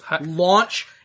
launch